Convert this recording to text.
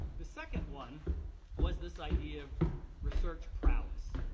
the second one was this idea of research prowess.